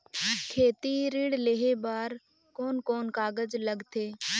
खेती ऋण लेहे बार कोन कोन कागज लगथे?